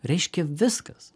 reiškia viskas